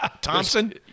Thompson